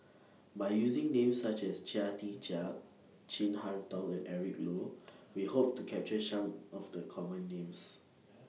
By using Names such as Chia Tee Chiak Chin Harn Tong and Eric Low We Hope to capture Some of The Common Names